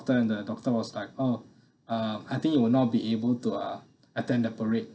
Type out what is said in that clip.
~tor and the doctor was like oh uh I think you will not be able to uh attend the parade